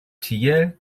tiel